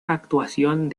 actuación